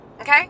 okay